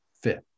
fit